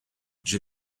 j’ai